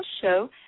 show